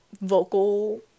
vocal